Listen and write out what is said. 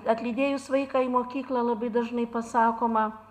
atlydėjus vaiką į mokyklą labai dažnai pasakoma